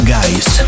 Guys